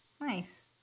Nice